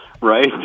Right